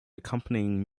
accompanying